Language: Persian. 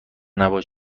نباش